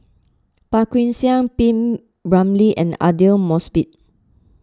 Phua Kin Siang P Ramlee and Aidli Mosbit